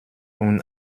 und